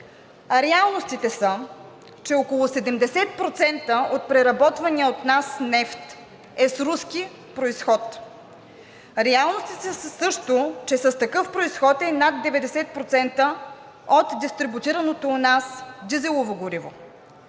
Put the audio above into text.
А реалностите са, че около 70% от преработвания от нас нефт е с руски произход. Реалностите са също, че с такъв произход е и над 90% от дистрибутираното у нас дизелово гориво.